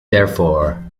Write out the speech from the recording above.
therefore